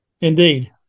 Indeed